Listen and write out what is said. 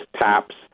taps